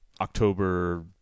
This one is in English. October